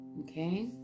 okay